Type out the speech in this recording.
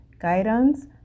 guidance